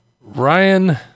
Ryan